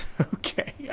Okay